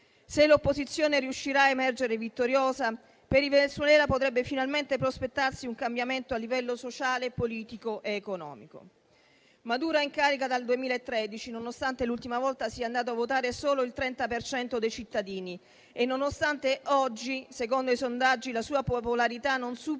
Se l'opposizione riuscirà a emergere vittoriosa, per il Venezuela potrebbe finalmente prospettarsi un cambiamento a livello sociale, politico ed economico. Maduro è in carica dal 2013, nonostante l'ultima volta sia andato a votare solo il 30 per cento dei cittadini e nonostante oggi, secondo i sondaggi, la sua popolarità non superi